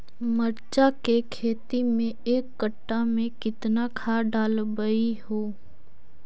मिरचा के खेती मे एक कटा मे कितना खाद ढालबय हू?